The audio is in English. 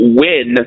win